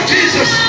Jesus